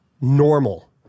normal